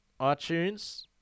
iTunes